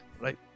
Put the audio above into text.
right